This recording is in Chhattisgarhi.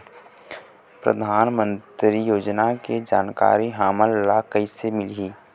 परधानमंतरी योजना के जानकारी हमन ल कइसे मिलही?